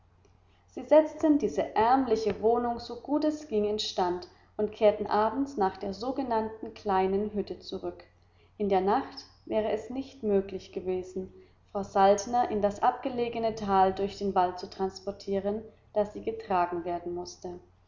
sie setzten diese ärmliche wohnung so gut es ging instand und kehrten abends nach der sogenannten kleinen hütte zurück in der nacht wäre es nicht möglich gewesen frau saltner in das abgelegene tal durch den wald zu transportieren da sie getragen werden mußte